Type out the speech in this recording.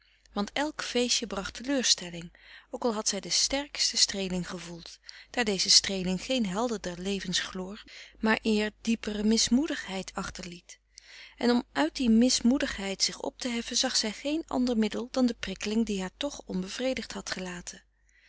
want elk feestje bracht teleurstelling ook al had zij de sterkste streeling gevoeld daar deze streeling geen helderder levensgloor maar eer diepere mismoedigheid achterliet en om uit die mismoedigheid zich op te heffen zag zij geen ander middel dan de prikkeling die haar toch onbevredigd had gelaten